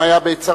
אם היה בצרפת,